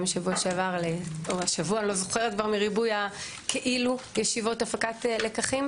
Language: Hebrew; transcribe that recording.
בשבוע שעבר למה שהיה כאילו ישיבת הפקת לקחים,